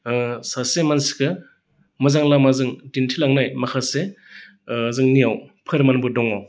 सासे मानसिखौ मोजां लामाजों दिन्थिलांनाय माखासे जोंनियाव फोरमानबो दङ